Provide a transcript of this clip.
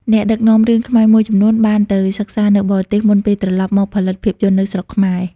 អ្នកដឹកនាំរឿងខ្មែរមួយចំនួនបានទៅសិក្សានៅបរទេសមុនពេលត្រឡប់មកផលិតភាពយន្តនៅស្រុកខ្មែរ។